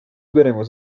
veremos